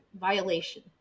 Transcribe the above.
violation